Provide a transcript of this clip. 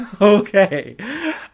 okay